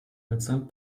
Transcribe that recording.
mitsamt